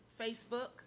Facebook